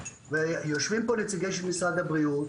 יושבים פה נציגים של משרד הבריאות